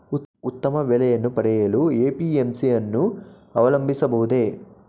ಉತ್ತಮ ಬೆಲೆಯನ್ನು ಪಡೆಯಲು ಎ.ಪಿ.ಎಂ.ಸಿ ಯನ್ನು ಅವಲಂಬಿಸಬಹುದೇ?